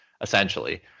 essentially